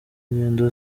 ingendo